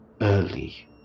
early